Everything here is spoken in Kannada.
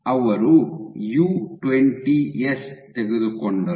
ಅವರು ಯು20ಎಸ್ ತೆಗೆದುಕೊಂಡರು